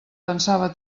pensava